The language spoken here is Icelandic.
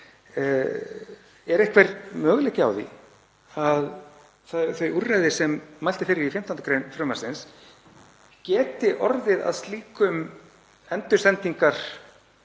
er einhver möguleiki á því að þau úrræði sem mælt er fyrir í 15. gr. frumvarpsins geti orðið að slíkum endursendingar-